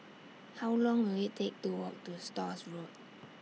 How Long Will IT Take to Walk to Stores Road